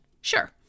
Sure